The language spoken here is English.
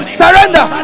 surrender